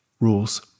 rules